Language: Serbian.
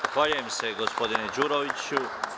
Zahvaljujem se, gospodine Đuroviću.